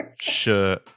Sure